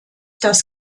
das